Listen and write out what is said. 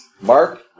Mark